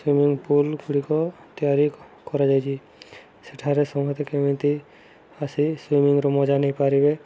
swimming pool ଗୁଡ଼ିକ ତିଆରି କରାଯାଇଛି ସେଠାରେ ସମସ୍ତେ କେମିତି ଆସି ସୁଇମିଂର ମଜା ନେଇପାରିବେ